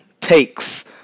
takes